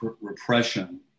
repression